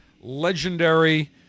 legendary